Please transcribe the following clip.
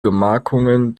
gemarkungen